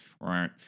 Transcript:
right